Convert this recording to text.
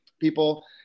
people